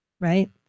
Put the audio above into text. Right